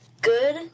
good